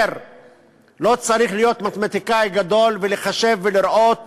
ולא צריך להיות מתמטיקאי גדול ולחשב ולראות